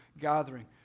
gathering